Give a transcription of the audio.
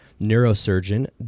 neurosurgeon